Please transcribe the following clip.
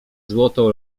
złotą